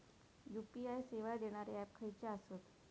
UPI सेवा देणारे app खयचे आसत?